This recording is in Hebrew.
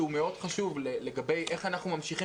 שהוא מאוד חשוב לגבי איך אנחנו ממשיכים